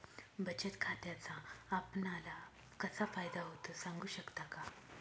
बचत खात्याचा आपणाला कसा फायदा होतो? सांगू शकता का?